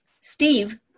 Steve